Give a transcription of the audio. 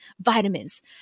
Vitamins